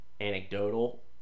anecdotal